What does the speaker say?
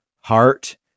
Heart